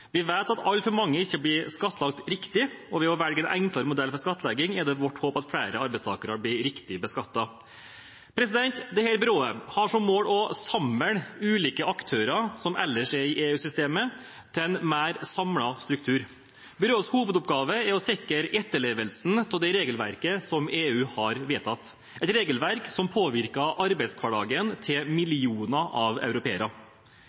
Vi vet at altfor mange ikke blir skattlagt riktig, og ved å velge en enklere modell for skattlegging er det vårt håp at flere arbeidstakere blir riktig beskattet. Dette byrået har som mål å samle ulike aktører som ellers er i EU-systemet, til en mer samlet struktur. Byråets hovedoppgave er å sikre etterlevelsen av det regelverket som EU har vedtatt, et regelverk som påvirker arbeidshverdagen til millioner av europeere.